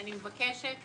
אני מבקשת